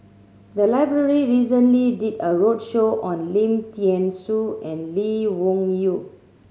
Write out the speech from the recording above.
the library recently did a roadshow on Lim Thean Soo and Lee Wung Yew